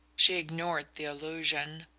she ignored the allusion.